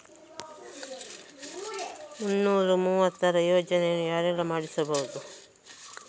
ಮುನ್ನೂರ ಮೂವತ್ತರ ಯೋಜನೆಯನ್ನು ಯಾರೆಲ್ಲ ಮಾಡಿಸಬಹುದು?